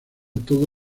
todo